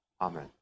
Amen